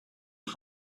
are